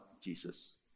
Jesus